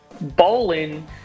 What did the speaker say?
bowling